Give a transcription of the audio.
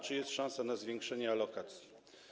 Czy jest szansa na zwiększenie alokacji?